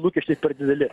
lūkesčiai dideli